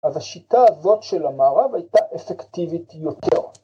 ‫אז השיטה הזאת של המערב ‫הייתה אפקטיבית יותר.